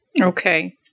Okay